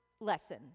lesson